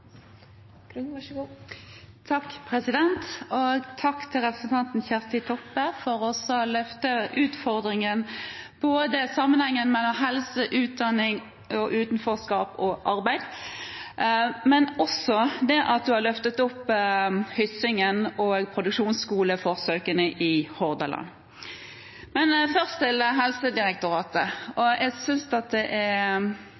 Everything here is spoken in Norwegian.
Kjersti Toppe for å ha løftet utfordringen, sammenhengen mellom helse, utdanning, utenforskap og arbeid, men også for å ha løftet opp Hyssingen og produksjonsskoleforsøkene i Hordaland. Men først til Helsedirektoratet: Jeg synes det er flott, og